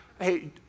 hey